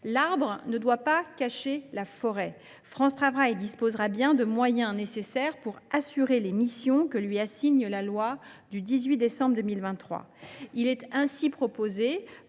L’arbre ne doit pas cacher la forêt : France Travail disposera bien des moyens nécessaires pour assurer les missions que lui assigne la loi du 18 décembre 2023. Il est ainsi proposé